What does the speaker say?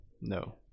no